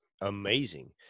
amazing